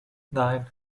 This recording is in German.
nein